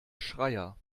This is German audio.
schreier